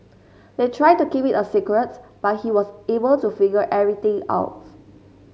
they tried to keep it a secrets but he was able to figure everything out